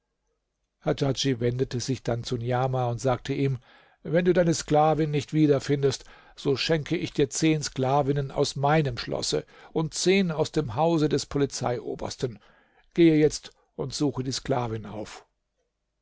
hadjadj wendete sich dann zu niamah und sagte ihm wenn du deine sklavin nicht wieder findest so schenke ich dir zehn sklavinnen aus meinem schlosse und zehn aus dem hause des polizeiobersten geh jetzt und suche die sklavin auf